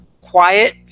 quiet